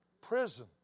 prison